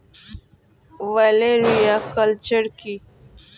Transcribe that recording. ওলেরিয়া কালচার কি?